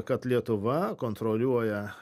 kad lietuva kontroliuoja